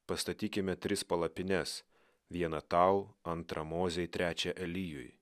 pastatykime tris palapines vieną tau antrą mozei trečią elijui